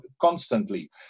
constantly